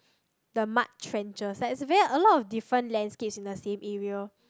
the mud trenchers like it's ver~ a lot of different landscapes in the same area